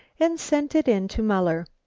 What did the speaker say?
and sent it in to muller.